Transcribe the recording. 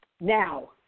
Now